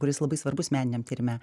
kuris labai svarbus meniniam tyrime